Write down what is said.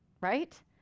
right